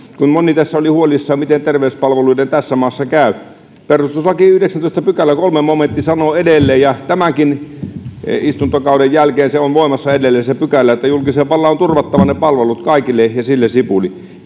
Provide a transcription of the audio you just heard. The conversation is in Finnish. kun moni tässä oli huolissaan miten terveyspalveluiden tässä maassa käy perustuslain yhdeksännentoista pykälän kolmas momentti sanoo edelleen ja tämänkin istuntokauden jälkeen on voimassa edelleen se pykälä että julkisen vallan on turvattava ne palvelut kaikille ja sillä sipuli